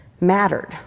mattered